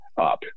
up